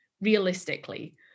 realistically